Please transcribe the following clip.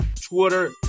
Twitter